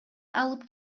алып